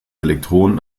elektronen